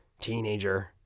teenager